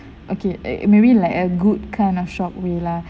okay uh maybe like a good kind of shock